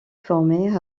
formée